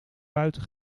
buiten